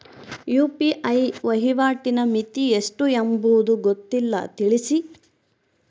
UPI ವಹಿವಾಟಿನ ಮಿತಿ ಎಷ್ಟು ಎಂಬುದು ಗೊತ್ತಿಲ್ಲ? ತಿಳಿಸಿ?